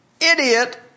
idiot